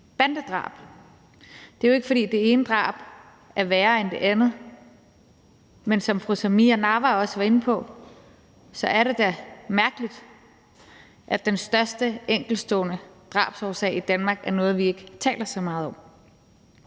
bandedrab. Det er jo ikke, fordi det ene drab er værre end det andet, men som fru Samira Nawa også var inde på, er det da mærkeligt, at den største enkeltstående drabsårsag i Danmark er noget, vi ikke taler så meget om.